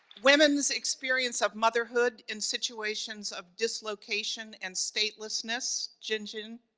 women's experience of motherhood in situations of dislocation and statelessness, gingin.